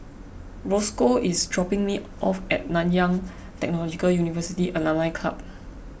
Rosco is dropping me off at Nanyang Technological University Alumni Club